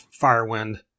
Firewind